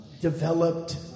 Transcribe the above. Developed